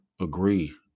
agree